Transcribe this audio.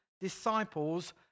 disciples